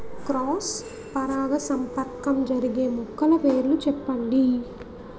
Cross పరాగసంపర్కం జరిగే మొక్కల పేర్లు చెప్పండి?